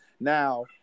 Now